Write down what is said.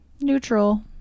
Neutral